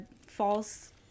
false